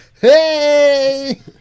Hey